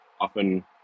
often